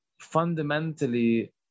fundamentally